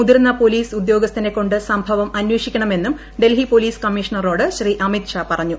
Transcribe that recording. മുതിർന്ന പൊലീസ് ഉദ്യോഗസ്ഥനെ ക്കൊണ്ട് സംഭവം അന്വേഷിക്കണമെന്നും ഡൽഹി പൊലീസ് കമ്മീഷണറോട് ശ്രീ അമിത് ഷാ പറഞ്ഞു